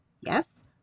Yes